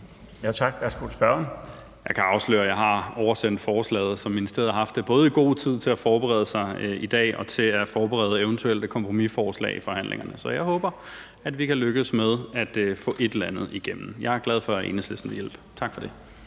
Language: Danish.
Carl Valentin (SF): Jeg kan afsløre, at jeg har oversendt forslaget. Så ministeriet har haft det i god tid til både at forberede sig i dag og til at forberede eventuelle kompromisforslag i forhandlingerne, så jeg håber, vi kan lykkes med at få et eller andet igennem. Jeg er glad for, at Enhedslisten vil hjælpe. Tak for det.